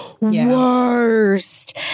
worst